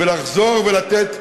ולחזור ולתת,